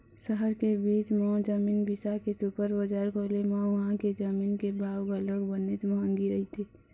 सहर के बीच म जमीन बिसा के सुपर बजार खोले म उहां के जमीन के भाव घलोक बनेच महंगी रहिथे